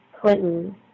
Clinton